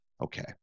Okay